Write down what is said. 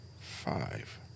five